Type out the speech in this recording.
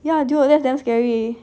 yeah dude that's damn scary